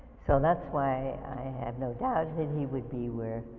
so that's why i had no doubt that he would be where.